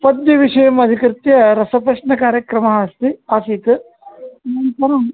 पद्यविषयम् अधिकृत्य रसप्रश्नकार्यक्रमः अस्ति आसीत् अनन्तरम्